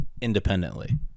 independently